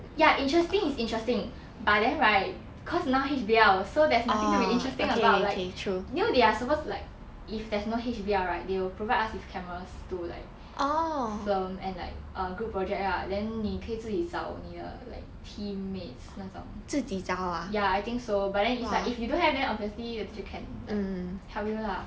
ya interesting is interesting but then right cause now H_B_L so there's nothing to be interesting about like you know they are supposed to like if there's no H_B_L right they will provide us with cameras to like film and like a group project ah then 你可以自己找你的 like team mates 那种 ya I think so but then it's like if you don't have then obviously the teacher can like help you lah